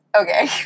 Okay